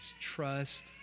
Trust